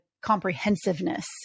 comprehensiveness